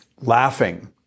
laughing